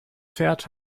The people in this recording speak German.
fährt